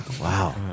Wow